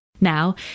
Now